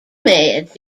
edge